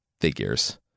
Figures